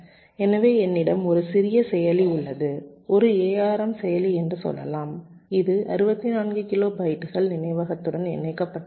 எனவே என்னிடம் ஒரு சிறிய செயலி உள்ளது ஒரு ARM செயலி என்று சொல்லலாம் இது 64 கிலோ பைட்டுகள் நினைவகத்துடன் இணைக்கப்பட்டுள்ளது